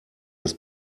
das